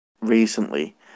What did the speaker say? recently